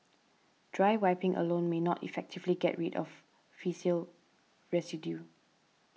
dry wiping alone may not effectively get rid of faecal residue